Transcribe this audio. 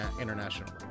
international